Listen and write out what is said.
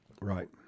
Right